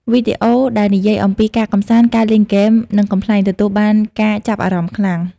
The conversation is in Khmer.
វីដេអូដែលនិយាយអំពីការកម្សាន្ត ការលេងហ្គេម និងកំប្លែងទទួលបានការចាប់អារម្មណ៍ខ្លាំង។